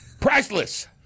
priceless